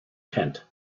tent